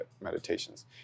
meditations